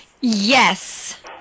Yes